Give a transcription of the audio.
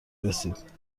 رسید